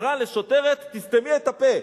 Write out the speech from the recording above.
אמרה לשוטרת "תסתמי את הפה",